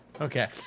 Okay